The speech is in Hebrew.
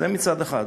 זה מצד אחד.